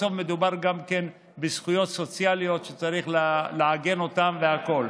בסוף מדובר בזכויות סוציאליות שצריך לעגן אותן והכול.